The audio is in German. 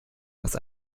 was